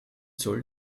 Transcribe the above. soll